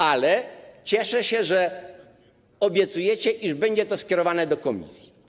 Ale cieszę się, że obiecujecie, że będzie to skierowane do komisji.